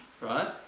right